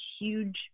huge